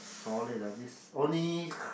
solid ah this only